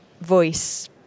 voice